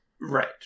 right